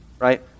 Right